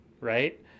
Right